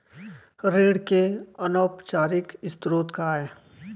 ऋण के अनौपचारिक स्रोत का आय?